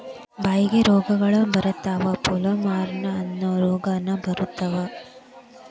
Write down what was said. ಬಾಯಿಗೆ ರೋಗಗಳ ಬರತಾವ ಪೋಲವಾರ್ಮ ಅನ್ನು ರೋಗಾನು ಬರತಾವ